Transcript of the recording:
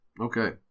Okay